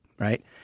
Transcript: Right